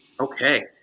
Okay